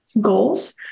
goals